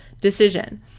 decision